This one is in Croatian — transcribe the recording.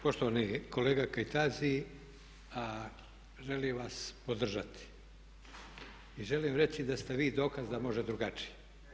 Poštovani kolega Kajtazi, želim vas podržati i želim reći da ste vi dokaz da može drugačije.